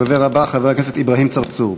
הדובר הבא, חבר הכנסת אברהים צרצור,